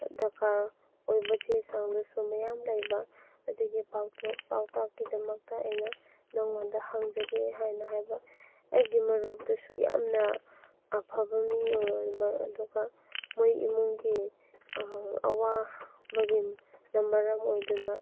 ꯗꯔꯀꯥꯔ ꯑꯣꯏꯕ ꯆꯦ ꯆꯥꯡꯗꯨꯁꯨ ꯃꯌꯥꯝ ꯂꯩꯕ ꯑꯗꯨꯒꯤ ꯄꯥꯎꯇꯥꯛꯀꯤꯗꯃꯛꯇ ꯑꯩꯅ ꯅꯪꯉꯣꯟꯗ ꯍꯪꯖꯒꯦ ꯍꯥꯏꯅ ꯍꯥꯏꯕ ꯑꯩꯒꯤ ꯃꯔꯨꯞꯇꯨꯁꯨ ꯌꯥꯝꯅ ꯑꯐꯕ ꯃꯤ ꯑꯣꯏꯔꯝꯃꯦ ꯑꯗꯨꯒ ꯃꯣꯏ ꯏꯃꯨꯡꯒꯤ ꯑꯋꯥꯕꯒꯤꯅ ꯃꯔꯝ ꯑꯣꯏꯗꯨꯅ